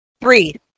Three